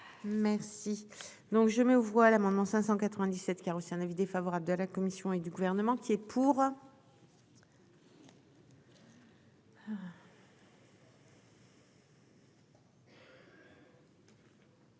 Merci donc je mets aux voix l'amendement 597 qui a reçu un avis défavorable de la Commission et du gouvernement qui est pour.